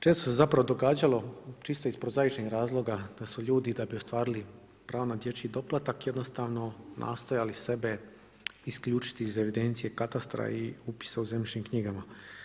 Često se događalo, čisto iz prozaičnih razloga da su ljudi da bi ostvarili pravo na dječji doplatak jednostavno nastojali sebe isključiti iz evidencije katastra i upisa u zemljišnim knjigama.